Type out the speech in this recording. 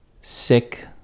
sick